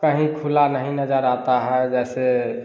कहीं खुला नहीं नज़र आता है जैसे